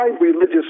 religious